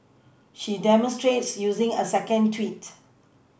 she demonstrates using a second tweet